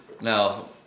No